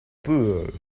peu